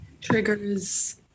triggers